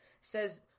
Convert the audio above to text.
Says